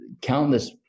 countless